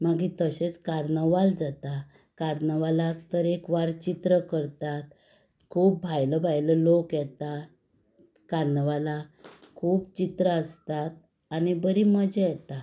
मागीर तशेंच कार्नवाल जाता कार्नावालाक तर एकवार चित्र करतात खूब भायलो भायलो लोक येता कार्नावाला खूब चित्रां आसता आनी बरी मजा येता